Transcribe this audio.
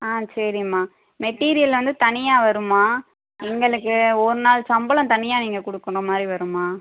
ஆ சரிம்மா மெட்டீரியல் வந்து தனியாக வரும்மா எங்களுக்கு ஒரு நாள் சம்பளம் தனியாக நீங்கள் கொடுக்குற மாதிரி வரும்மா